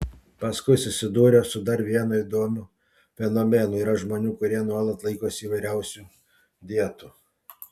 paskui susidūriau su dar vienu įdomiu fenomenu yra žmonių kurie nuolat laikosi įvairiausių dietų